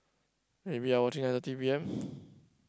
maybe I watching until three P_M